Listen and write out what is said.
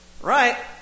Right